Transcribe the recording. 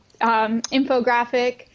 infographic